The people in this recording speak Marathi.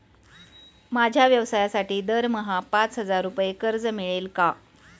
माझ्या व्यवसायासाठी दरमहा पाच हजार रुपये कर्ज मिळेल का?